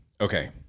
Okay